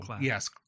yes